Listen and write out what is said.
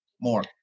more